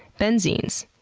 benzenes,